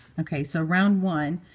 ok. so round one,